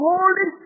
Holy